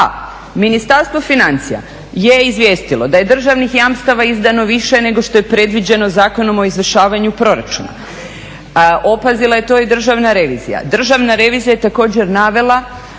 Ministarstvo financija je izvijestilo da je državnih jamstava izdano više nego što je predviđeno Zakonom o izvršavanju proračuna, opazila je to i Državna revizija. Državna revizija je također navela